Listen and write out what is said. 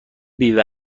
بیوه